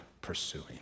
pursuing